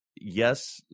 Yes